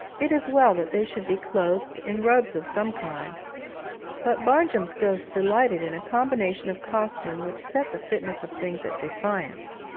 it is well that they should be clothed in robes of some kind but barnjum's ghost delighted in a combination of costume which set the fitness of things at defiance.